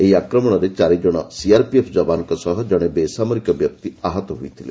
ଏହି ଆକ୍ରମଣରେ ଚାରି ଜଣ ସିଆର୍ପି ଯବାନଙ୍କ ସହ ଜଣେ ବେସାମରିକ ବ୍ୟକ୍ତି ଆହତ ହୋଇଥିଲେ